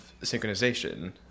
synchronization